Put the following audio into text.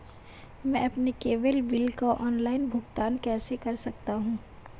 मैं अपने cable bill का ऑनलाइन भुगतान कैसे कर सकता हूं?